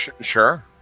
Sure